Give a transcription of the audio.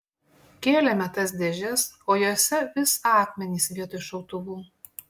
kėlėme tas dėžes o jose vis akmenys vietoj šautuvų